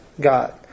God